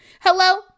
Hello